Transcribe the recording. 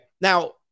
now